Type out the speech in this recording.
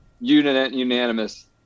unanimous